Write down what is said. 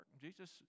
Jesus